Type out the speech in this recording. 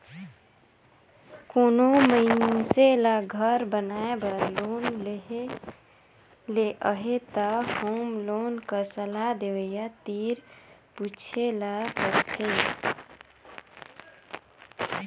कोनो मइनसे ल घर बनाए बर लोन लेहे ले अहे त होम लोन कर सलाह देवइया तीर पूछे ल परथे